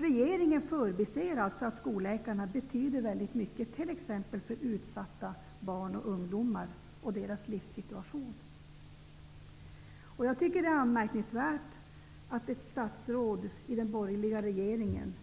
Regeringen förbiser alltså att skolläkarna betyder väldigt mycket för t.ex. utsatta barn och ungdomar och deras livssituation. Det är anmärkningsvärt att ett statsråd i den borgerliga regeringen